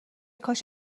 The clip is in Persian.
کاش